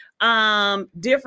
different